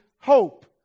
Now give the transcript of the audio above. hope